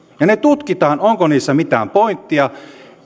ja tutkitaan onko niissä mitään pointtia